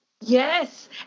Yes